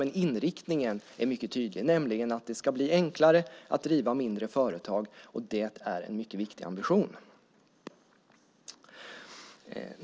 Men inriktningen är mycket tydlig, nämligen att det ska bli enklare att driva mindre företag. Det är en mycket viktig ambition.